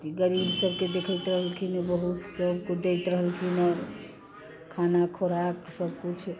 गरीब सबके देखैत रहलखिन बहुत सबके दैत रहलखिन हँ खाना खुराक सब कुछ